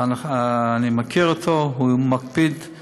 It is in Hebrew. אני מכיר אותו, הוא מקפיד על